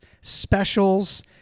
specials